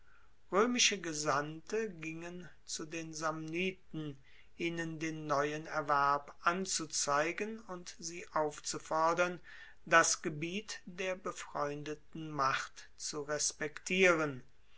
roemische gesandte gingen zu den samniten ihnen den neuen erwerb anzuzeigen und sie aufzufordern das gebiet der befreundeten macht zu respektieren